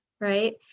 Right